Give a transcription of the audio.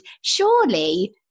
surely